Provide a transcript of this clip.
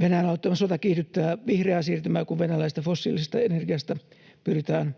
Venäjän aloittama sota kiihdyttää vihreää siirtymää, kun venäläisestä fossiilisesta energiasta pyritään